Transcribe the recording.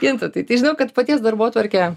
gintautai tai žinau kad paties darbotvarkė